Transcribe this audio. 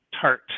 tart